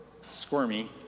squirmy